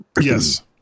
yes